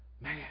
Man